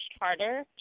harder